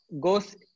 goes